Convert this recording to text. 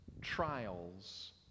trials